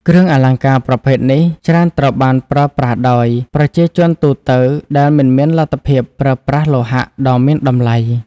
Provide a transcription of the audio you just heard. គ្រឿងអលង្ការប្រភេទនេះច្រើនត្រូវបានប្រើប្រាស់ដោយ ប្រជាជនទូទៅ ដែលមិនមានលទ្ធភាពប្រើប្រាស់លោហៈដ៏មានតម្លៃ។